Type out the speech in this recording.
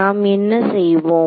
நாம் என்ன செய்வோம்